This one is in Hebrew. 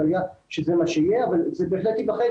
--- שזה מה שיהיה, אבל זה בהחלט ייבחן.